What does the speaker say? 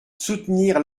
soutenir